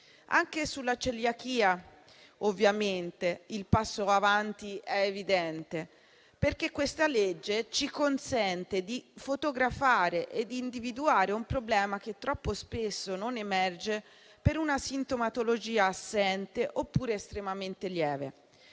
Anche sulla celiachia, ovviamente, il passo avanti è evidente, perché questa legge ci consente di fotografare ed individuare un problema che troppo spesso non emerge, per una sintomatologia assente oppure estremamente lieve.